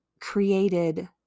created